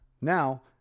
Now